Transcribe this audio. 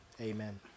Amen